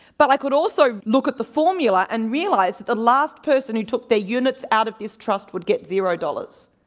but i could also look at the formula and realise the last person who took their units out of this trust would get zero dollars.